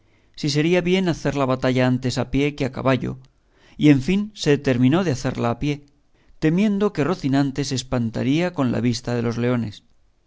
si sería bien hacer la batalla antes a pie que a caballo y en fin se determinó de hacerla a pie temiendo que rocinante se espantaría con la vista de los leones